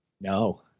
No